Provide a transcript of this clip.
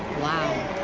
wow.